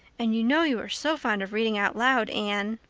and you know you are so fond of reading out loud, anne.